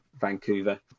Vancouver